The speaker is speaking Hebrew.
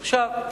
עכשיו,